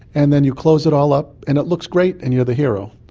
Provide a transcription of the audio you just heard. and then you close it all up and it looks great and you're the hero.